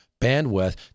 bandwidth